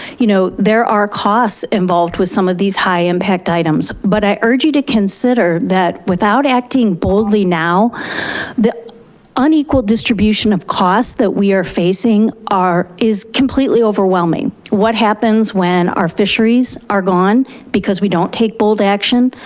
you know, there are costs involved with some of these high impact items, but i urge you to consider that without acting boldly now the unequal distribution of costs that we are facing is completely overwhelming. what happens when our fisheries are gone because we don't take bold action,